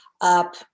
up